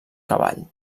cavall